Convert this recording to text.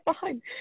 fine